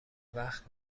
وقت